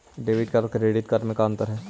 Debit और credit card में का अंतर है?